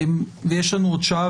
ויש לנו עוד שעה,